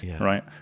right